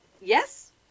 Yes